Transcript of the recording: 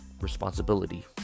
responsibility